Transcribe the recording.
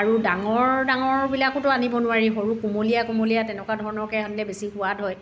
আৰু ডাঙৰ ডাঙৰ বিলাকোতো আনিব নোৱাৰি সৰু কোমলীয়া কোমলীয়া তেনেকুৱা ধৰণকৈ আনিলে বেছি সোৱাদ হয়